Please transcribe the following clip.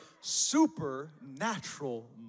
supernatural